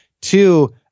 two